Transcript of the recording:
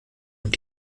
und